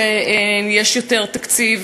שיש לו יותר תקציב.